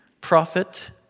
prophet